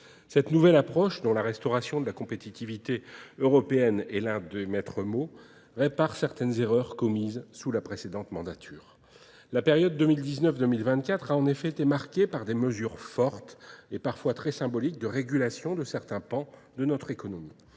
cette nouvelle approche, dont la restauration de la compétitivité européenne est l'un des maîtres mots, répare certaines erreurs commises sous la précédente mandature. La période 2019-2024 a en effet été marquée par des mesures fortes et parfois très symboliques de régulation de certains pans de notre économie.